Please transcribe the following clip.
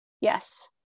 Yes